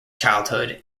childhood